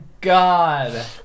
god